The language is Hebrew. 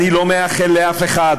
אני לא מאחל לאף אחד